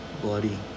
bloody